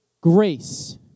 grace